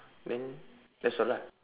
then that's all ah